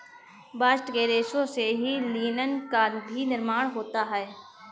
bast के रेशों से ही लिनन का भी निर्माण होता है